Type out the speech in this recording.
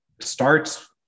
starts